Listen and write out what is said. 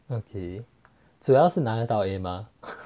okay 主要是拿得到 a mah